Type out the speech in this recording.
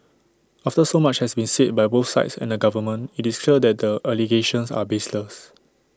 after so much has been said by both sides and the government IT is clear that the allegations are baseless